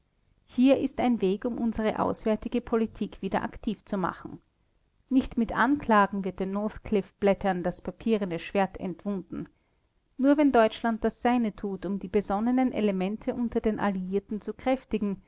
hier ist ein weg um unsere auswärtige politik wieder aktiv zu machen nicht mit anklagen wird den northcliffe-blättern das papierene schwert entwunden nur wenn deutschland das seine tut um die besonnenen elemente unter den alliierten zu kräftigen